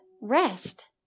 Rest